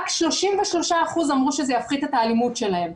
רק 33% אמרו שזה יפחית את האלימות שלהם.